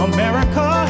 America